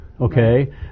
Okay